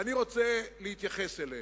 ואני רוצה להתייחס אליהן.